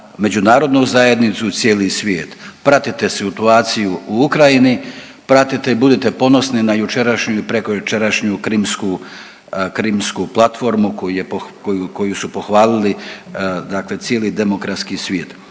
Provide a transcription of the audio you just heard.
međunarodnu zajednicu, cijeli svijet. Pratite situaciju u Ukrajini, pratite i budite ponosni na jučerašnju i prekojučerašnju Krimsku, Krimsku platformu koju je, koju su pohvalili dakle cijeli demokratski svijet.